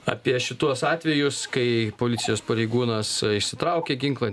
apie šituos atvejus kai policijos pareigūnas išsitraukė ginklą